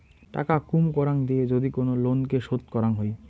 টাকা কুম করাং দিয়ে যদি কোন লোনকে শোধ করাং হই